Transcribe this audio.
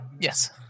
Yes